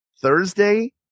Thursday